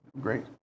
Great